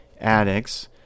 addicts